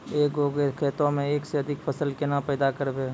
एक गो खेतो मे एक से अधिक फसल केना पैदा करबै?